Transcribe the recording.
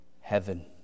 heaven